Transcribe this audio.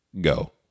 go